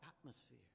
atmosphere